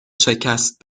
شکست